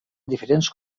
diferents